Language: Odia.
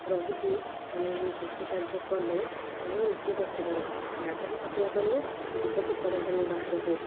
ରହିକି ଆମେ କୃଷି କାର୍ଯ୍ୟ କଲେ ଆମେ ନିଜେ ବଞ୍ଚି ପାରିବା ଦାଦନ ଖଟିବାକୁ ବି ଯିବାକୁ ପଡ଼ନ୍ତାନି ବାହାରକୁ